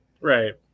Right